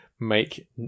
make